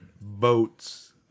boats